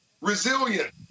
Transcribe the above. resilient